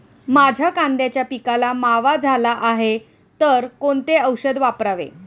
माझ्या कांद्याच्या पिकाला मावा झाला आहे तर कोणते औषध वापरावे?